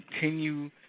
continue